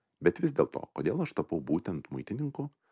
bet vis dėlto kodėl aš tapau būtent muitininku